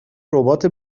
ربات